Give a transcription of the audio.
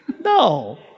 No